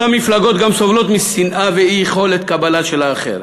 אותן מפלגות גם סובלות משנאה ואי-יכולת קבלה של האחר.